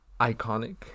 iconic